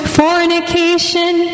fornication